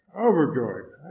overjoyed